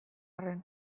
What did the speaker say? arren